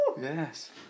Yes